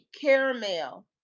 Caramel